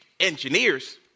engineers